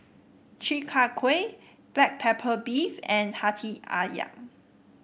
Chi Kak Kuih Black Pepper Beef and hati ayam